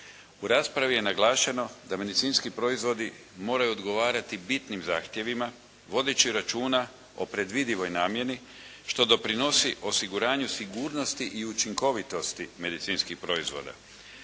U raspravi je naglašeno da medicinski proizvodi moraju odgovarati bitnim zahtjevima vodeći računa o predvidivoj namjeni što doprinosi osiguranju sigurnosti i učinkovitosti medicinskih proizvoda.